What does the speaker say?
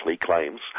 claims